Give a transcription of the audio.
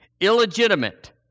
illegitimate